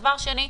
דבר שני,